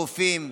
רופאים,